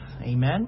Amen